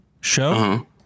show